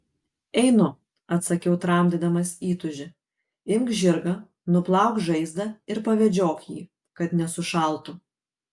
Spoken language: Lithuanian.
einu atsakiau tramdydamas įtūžį imk žirgą nuplauk žaizdą ir pavedžiok jį kad nesušaltų